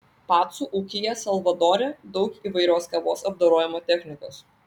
pacų ūkyje salvadore daug įvairios kavos apdorojimo technikos